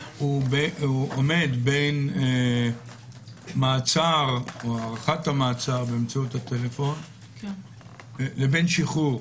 עומד בין מעצר או הארכת המעצר באמצעות הטלפון לבין שחרור,